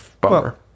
bummer